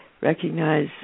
recognize